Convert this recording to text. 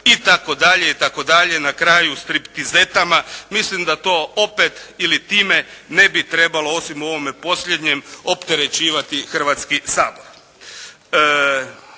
itd. itd. Na kraju striptizetama. Mislim da to opet ili time ne bi trebalo osim u ovome posljednjem opterećivati Hrvatski sabor.